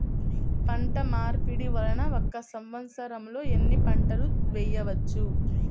పంటమార్పిడి వలన ఒక్క సంవత్సరంలో ఎన్ని పంటలు వేయవచ్చు?